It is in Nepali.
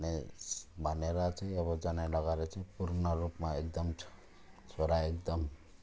भन्ने भनेर चाहिँ अब जनै लगाएर चाहिँ पूर्ण रूपमा एकदम छोरा एकदम